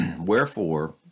Wherefore